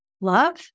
Love